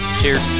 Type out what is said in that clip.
Cheers